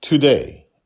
Today